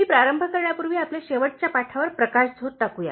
मी प्रारंभ करण्यापूर्वी आपल्या शेवटच्या पाठावर प्रकाशझोत टाकू या